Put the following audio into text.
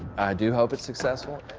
i do hope it's successful.